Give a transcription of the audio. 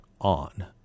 on